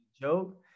joke